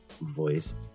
voice